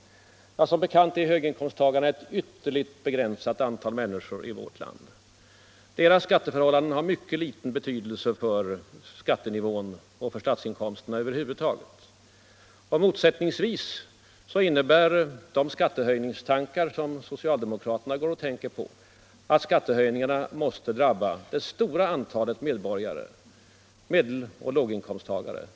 Som bekant är höginkomsttagarna ett ytterligt begränsat antal människor i vårt land. Deras skatteförhållanden har mycket liten betydelse för skattenivån och för statsinkomsterna över huvud taget. Och motsättningsvis innebär de skattehöjningstankar som socialdemokratera har att skattehöjningarna måste drabba det stora antalet medborgare, alltså medeloch låginkomsttagarna.